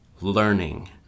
learning